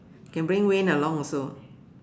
can bring Wayne along also